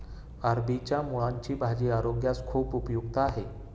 अरबीच्या मुळांची भाजी आरोग्यास खूप उपयुक्त आहे